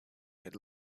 had